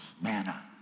manna